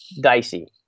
dicey